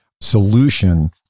solution